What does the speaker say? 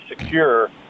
secure